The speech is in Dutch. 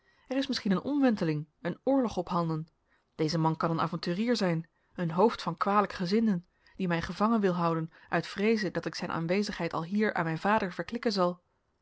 er is misschien een omwenteling een oorlog ophanden deze man kan een avonturier zijn een hoofd van kwalijkgezinden die mij gevangen wil houden uit vreeze dat ik zijn aanwezigheid alhier aan mijn vader verklikken zal